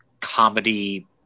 comedy